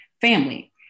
family